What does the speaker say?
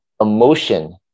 emotion